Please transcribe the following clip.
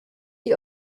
die